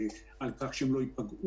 על כך שהם לא ייפגעו,